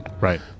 Right